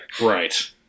Right